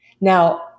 Now